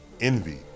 Envy